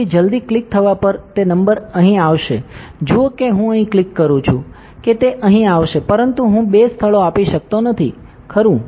તેથી જલદી ક્લિક થવા પર તે નંબર અહીં આવશે જુઓ કે હું અહીં ક્લિક કરું છું કે તે અહીં આવશે પરંતુ હું બે સ્થળો આપી શકતો નથી ખરું